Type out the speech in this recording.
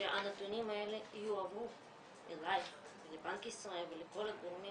שהנתונים האלה יועברו אלייך ולבנק ישראל ולכל הגורמים